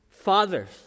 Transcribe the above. Fathers